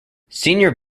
senior